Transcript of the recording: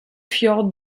fjord